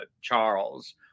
Charles